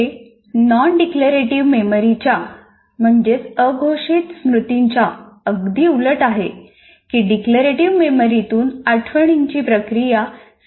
हे नॉनडिक्लेरेटिव्ह मेमरीतुन आठवण्याची प्रक्रिया सह्जपणे होते